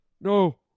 No